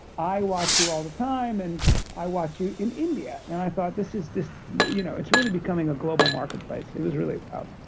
i watch you all the time, and i watch you in india. and and i thought this is just you know it's really becoming a global marketplace. it was really wild.